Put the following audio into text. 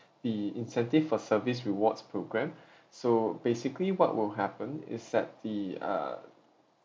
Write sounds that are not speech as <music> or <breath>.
the incentive for service rewards program <breath> so basically what will happen is that the uh